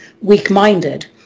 weak-minded